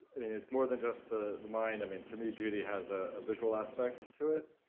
i mean, it's more than just the the mind, i mean, to me, beauty has a visual aspect to it?